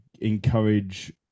encourage